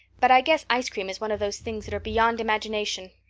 but i guess ice cream is one of those things that are beyond imagination.